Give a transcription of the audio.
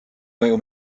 mõju